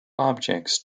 objects